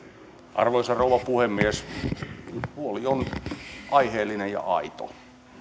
arvoisa rouva puhemies huoli on aiheellinen ja aito